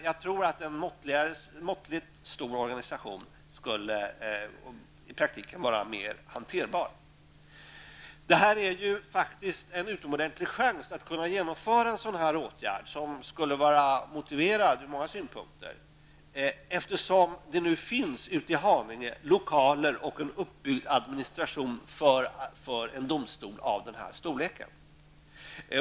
Jag tror att en måttligt stor organisation i praktiken skulle vara mer hanterbar. Detta är faktiskt en utomordentlig chans att genomföra en åtgärd som från många synpunkter är motiverad. Ute i Haninge finns det nämligen lokaler och en uppbyggd administration för en domstol av den här storleken.